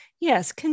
Yes